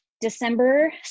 December